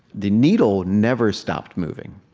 the needle never stopped moving.